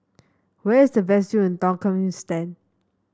where is the best view in Turkmenistan